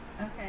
okay